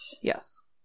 Yes